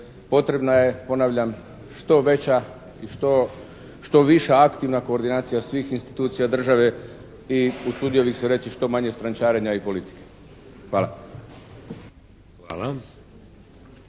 potrebna je, ponavljam, što veća i što viša aktivna koordinacija svih institucija države i usudio bih se reći, što manje strančarenja i politike. Hvala.